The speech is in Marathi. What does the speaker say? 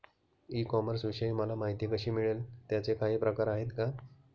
ई कॉमर्सविषयी मला माहिती कशी मिळेल? त्याचे काही प्रकार आहेत का?